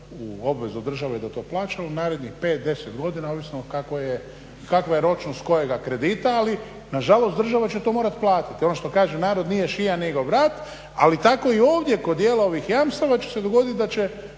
u obvezu države da to plaća u narednih 5, 10 godina ovisno kako je, kakva je ročnost kojega kredita. Ali nažalost država će to morati platiti. Ono što kaže narod nije šija nego vrat. Ali tako i ovdje kod dijela ovih jamstava će se dogoditi da će